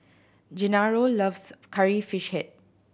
Gennaro loves Curry Fish Head